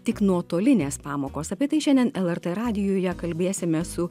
tik nuotolinės pamokos apie tai šiandien lrt radijuje kalbėsime su